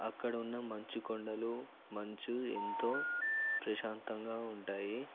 అక్కడున్న మంచు కొండలు మంచు ఎంతో ప్రశాంతంగా ఉంటాయి